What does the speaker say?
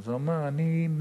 אז הוא אמר: אני מתל-אביב.